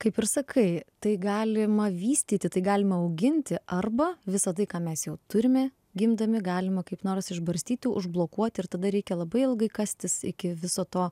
kaip ir sakai tai galima vystyti tai galima auginti arba visa tai ką mes jau turime gimdami galima kaip nors išbarstyti užblokuoti ir tada reikia labai ilgai kastis iki viso to